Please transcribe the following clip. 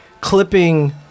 clipping